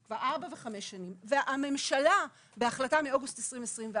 כבר ארבע וחמש שנים והממשלה בהחלטה באוגוסט 2021,